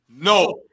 no